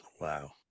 Wow